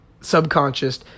subconscious